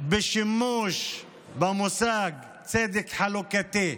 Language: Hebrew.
בשימוש במושג צדק חלוקתי.